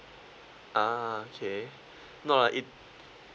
ah okay no lah it